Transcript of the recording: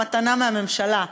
מתנה מהממשלה,